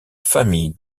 famille